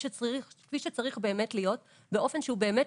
כפי שצריך באמת להיות באופן שהוא באמת